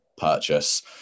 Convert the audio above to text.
purchase